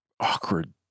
awkward